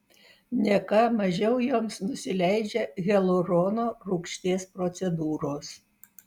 ne ką mažiau joms nusileidžia hialurono rūgšties procedūros